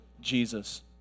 Jesus